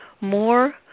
more